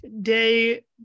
day